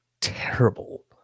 terrible